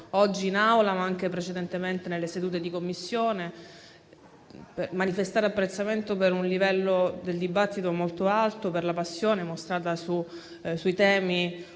oggi in Aula, ma anche precedentemente nelle sedute di Commissione. Vorrei manifestare apprezzamento per il livello del dibattito molto alto, per la passione mostrata sui temi